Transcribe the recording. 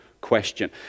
question